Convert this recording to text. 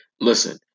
listen